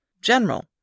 General